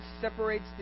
separates